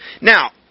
Now